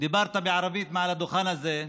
דיברת בערבית מעל הדוכן הזה,